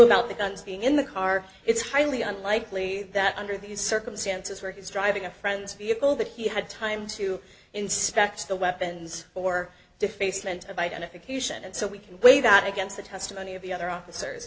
about the guns being in the car it's highly unlikely that under these circumstances where he's driving a friend's vehicle that he had time to inspect the weapons or defacement identification and so we can weigh that against the testimony of the other officers